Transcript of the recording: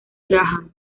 graham